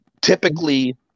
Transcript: Typically